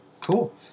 Cool